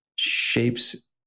shapes